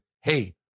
hey